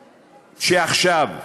שעכשיו,